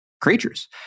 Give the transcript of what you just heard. creatures